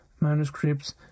manuscripts